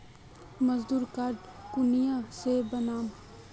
मजदूर कार्ड कुनियाँ से बनाम?